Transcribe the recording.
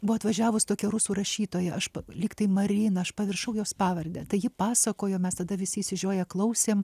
buvo atvažiavus tokia rusų rašytoja aš lyg tai marina aš pamiršau jos pavardę tai ji pasakojo mes tada visi išsižioję klausėm